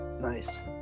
Nice